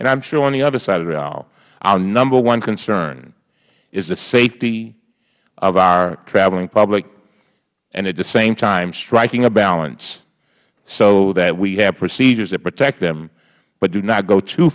and i am sure on the other side of the aisle our number one concern is the safety of our traveling public and at the same time striking a balance so that we have procedures that protect them but do not go too